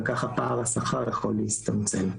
וכך פער השכר יכול להצטמצם.